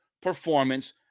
performance